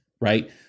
right